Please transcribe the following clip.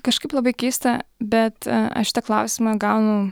kažkaip labai keista bet aš tą klausimą gaunu